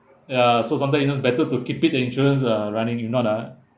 ya so sometime you know better to keep it the insurance uh running if not ah